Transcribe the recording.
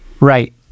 Right